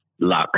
luck